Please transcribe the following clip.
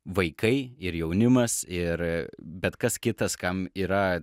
vaikai ir jaunimas ir bet kas kitas kam yra